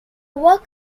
work